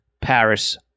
Paris